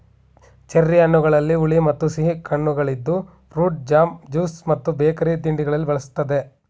cherry ಹಣ್ಣುಗಳಲ್ಲಿ ಹುಳಿ ಮತ್ತು ಸಿಹಿ ಕಣ್ಣುಗಳಿದ್ದು ಫ್ರೂಟ್ ಜಾಮ್, ಜ್ಯೂಸ್ ಮತ್ತು ಬೇಕರಿ ತಿಂಡಿಗಳಲ್ಲಿ ಬಳ್ಸತ್ತರೆ